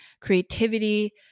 creativity